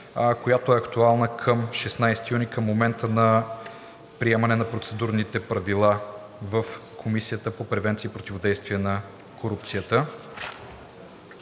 която е актуална към 16 юни – към момента на приемане на процедурните правила в Комисията по превенция и противодействие на корупцията.